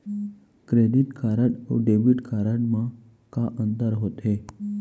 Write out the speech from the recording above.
Credit card अऊ debit card मा का अंतर होथे?